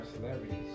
celebrities